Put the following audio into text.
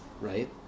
right